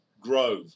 Grove